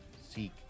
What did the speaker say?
seek